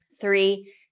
Three